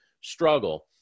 struggle